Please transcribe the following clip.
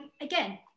again